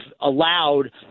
allowed